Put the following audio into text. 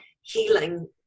healing